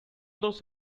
those